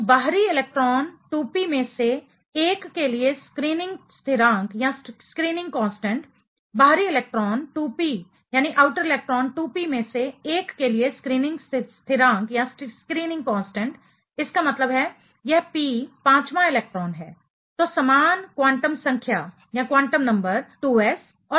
तो बाहरी electron 2p में से एक के लिए स्क्रीनिंग स्थिरांक स्क्रीनिंग कांस्टेंट बाहरी इलेक्ट्रॉन 2p में से एक के लिए स्क्रीनिंग स्थिरांक इसका मतलब है यह p पाँचवाँ इलेक्ट्रॉन है तो समान क्वान्टम संख्या क्वान्टम नंबर 2s और 2p है